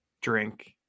drink